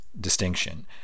distinction